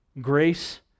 grace